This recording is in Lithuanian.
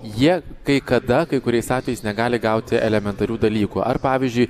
jie kai kada kai kuriais atvejais negali gauti elementarių dalykų ar pavyzdžiui